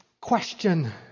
question